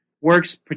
works